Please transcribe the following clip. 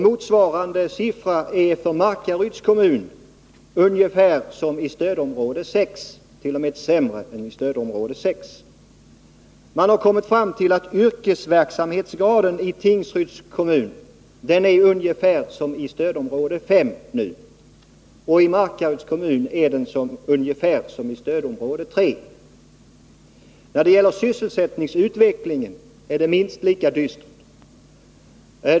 Motsvarande beräkning för Markaryds kommun ger ett resultat ungefär motsvarande vad som gäller för stödområde 6, ja t.o.m. sämre än för detta stödområde. Man har funnit att yrkesverksamhetsgraden i Tingsryds kommun nu ungefär motsvarar den i stödområde 5 och i Markaryds kommun ungefär den i stödområde 3. När det gäller sysselsättningsutvecklingen är läget minst lika dystert.